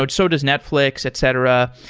but so does netflix, etc.